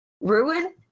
ruin